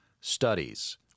studies